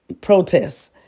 protests